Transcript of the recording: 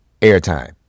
airtime